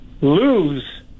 lose